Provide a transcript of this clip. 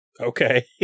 Okay